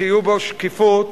שתהיה בו שקיפות,